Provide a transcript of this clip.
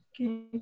Okay